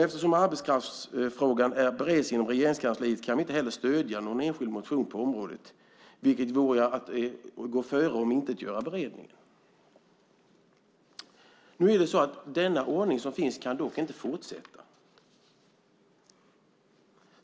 Eftersom arbetskraftsfrågan bereds inom Regeringskansliet kan vi inte heller stödja någon enskild motion på området, vilket vore att gå före och omintetgöra beredningen. Den ordning som finns kan inte fortsätta.